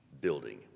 building